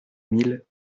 mille